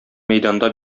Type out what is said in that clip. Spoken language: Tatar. мәйданда